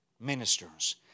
ministers